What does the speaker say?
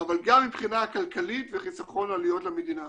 אבל גם מבחינה כלכלית וחסכון עלויות למדינה.